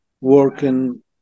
working